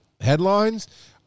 headlines